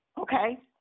Okay